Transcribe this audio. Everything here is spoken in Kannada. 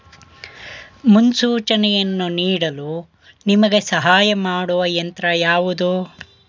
ಮುನ್ಸೂಚನೆಯನ್ನು ನೀಡಲು ನಿಮಗೆ ಸಹಾಯ ಮಾಡುವ ಯಂತ್ರ ಯಾವುದು?